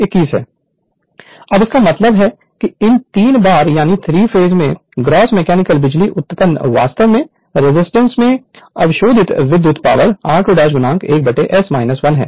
Refer Slide Time 0606 अब इसका मतलब है कि इन 3 बार यानी 3 फेस में ग्रॉस मैकेनिकल बिजली उत्पादन वास्तव में रेजिस्टेंस में अवशोषित विद्युत पावर r2 1S 1 है